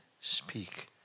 speak